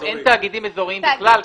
היום אין תאגידים אזוריים בכלל,